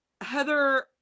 Heather